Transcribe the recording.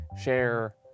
share